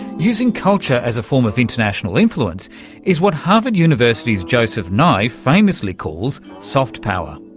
using culture as a form of international influence is what harvard university's joseph nye famously calls soft-power.